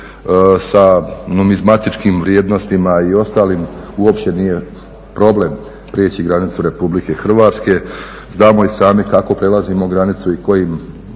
sa numizmatičkim vrijednostima uopće nije problem prijeći granicu RH, znamo i sami kako prelazimo granicu i kojim